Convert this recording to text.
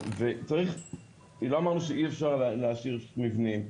ולא אמרנו שאי אפשר להשאיר מבנים,